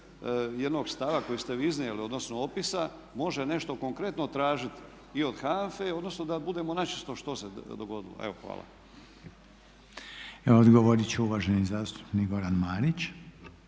jednog stava koji ste vi iznijeli, odnosno opisa može nešto konkretno tražiti i od HANFA-e, odnosno da budemo načisto što se dogodilo. Evo hvala. **Reiner, Željko (HDZ)** Evo odgovorit će uvaženi zastupnik Goran Marić.